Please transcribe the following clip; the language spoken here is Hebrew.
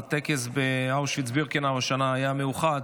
הטקס השנה באושוויץ-בירקנאו היה מיוחד,